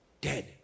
dead